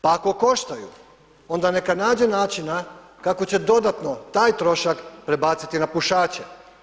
Pa ako koštaju onda neka nađe načina kako će dodatno taj trošak prebaciti na pušače.